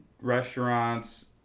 restaurants